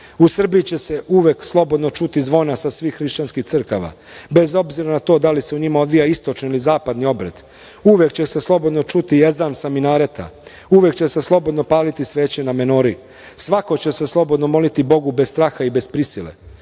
Srbiji će se uvek slobodno čuti zvona sa svih hrišćanskih crkava, bez obzira na to da li se u njima odvija istočni ili zapadni obred. Uvek će se slobodno čuti ezan za minareta. Uvek će se slobodno paliti sveća na menori. Svako će se slobodno moliti bogu bez straha i bez prisile.U